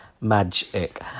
Magic